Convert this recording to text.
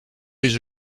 his